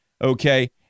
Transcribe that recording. okay